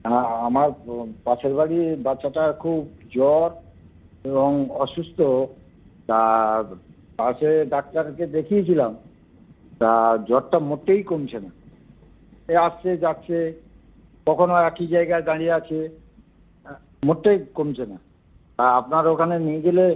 হ্যাঁ আমার পাশের বাড়ির বাচ্চাটার খুব জ্বর এবং অসুস্থ তা পাশের ডাক্তারকে দেখিয়েছিলাম তা জ্বরটা মোটেই কমছে না এই আসছে যাচ্ছে কখনো একই জায়গায় দাঁড়িয়ে আছে মোটেই কমছে না তা আপনার ওখানে নিয়ে গেলে